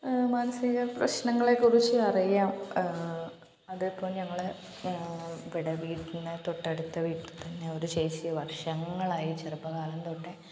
മാനസിക പ്രശ്നങ്ങളെക്കുറിച്ച് അറിയാം അതിപ്പം ഞങ്ങള് പിന്നെ ഇവിടെ വീട്ടില് തൊട്ടടുത്ത വീട്ടിൽ തന്നെ ഒരു ചേച്ചി വർഷങ്ങളായി ചെറുപ്പം കാലം തൊട്ടേ